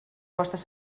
costes